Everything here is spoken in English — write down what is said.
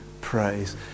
praise